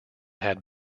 had